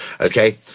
okay